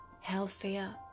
healthier